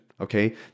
okay